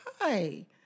hi